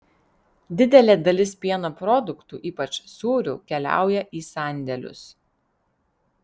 didelė dalis pieno produktų ypač sūrių keliauja į sandėlius